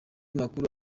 makuru